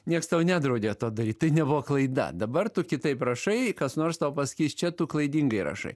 nieks tau nedraudė to daryt tai nebuvo klaida dabar tu kitaip rašai kas nors tau pasakys čia tu klaidingai rašai